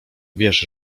wiesz